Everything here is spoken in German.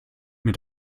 mir